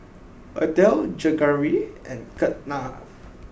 Atal Jehangirr and Ketna